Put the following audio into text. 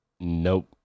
Nope